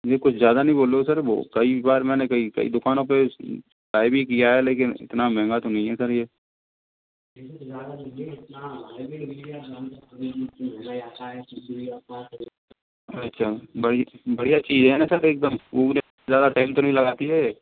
ये कुछ ज़्यादा नहीं बोल रहे हो सर कई बर मैंने कई दुकानों पे बाइ भी किया है लेकिन इतना महंगा तो नहीं है ये अच्छा बढ़िया चीज है न सर एकदम उगाने में ज़्यादा टाइम तो नहीं लगाती है ये